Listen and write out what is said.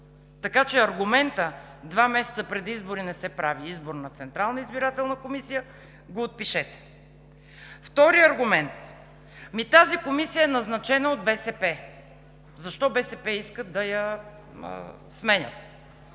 Така че аргументът: два месеца преди избори не се прави избор на Централна избирателна комисия, го отпишете. Вторият аргумент, ами тази Комисия е назначена от БСП, защо БСП искат да я сменят?